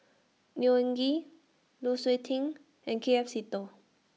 Neo Anngee Lu Suitin and K F Seetoh